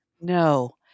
No